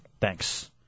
Thanks